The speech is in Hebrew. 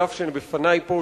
בדף שלפני פה,